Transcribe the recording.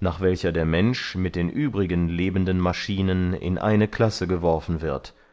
nach welcher der mensch mit den übrigen lebenden maschinen in eine classe geworfen wird